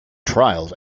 trials